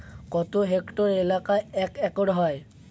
কত হেক্টর এলাকা এক একর হয়?